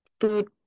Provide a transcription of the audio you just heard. food